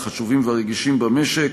החשובים והרגישים במשק.